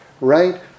right